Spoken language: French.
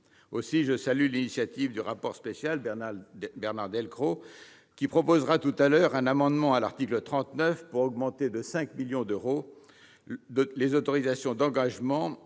Aussi, je salue l'initiative du rapporteur spécial Bernard Delcros, qui proposera tout à l'heure un amendement à l'article 39 visant à augmenter de 5 millions d'euros les autorisations d'engagement